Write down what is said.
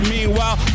Meanwhile